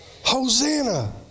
Hosanna